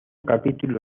capítulo